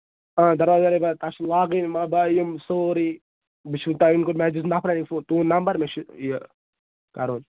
آ دروازٕ وروازٕ چھِ تتھ لاگٕنۍ مطلب یِم سورُے مےٚ چھُنہٕ ٹایِم کٮُ۪ت مےٚ حظ دیُت نَفرَن أکۍ تُہُنٛد نَمبر مےٚ چھُ یہِ کَرُن